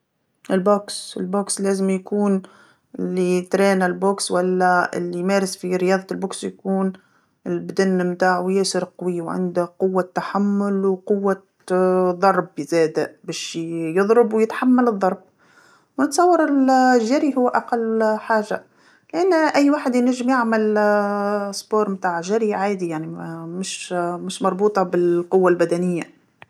الملاكمة، الملاكمة لازم يكون اللي يتدرب على الملاكمه ولا اللي يمارس في رياضة الملاكمه يكون البدن متاعو ياسر قوي وعنده قوة تحمل وقوة ضرب زاده باش ي- يضرب ويتحمل الضرب ونتصور ال-الجري هو أقل حاجه، لأن أي واحد ينجم يعمل رياضة تاع جري عادي يعني مش مشي مربوطه بال-القوه البدنيه.